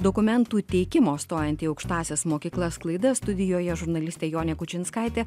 dokumentų įteikimo stojant į aukštąsias mokyklas klaidas studijoje žurnalistė jonė kučinskaitė